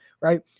right